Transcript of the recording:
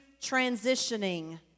transitioning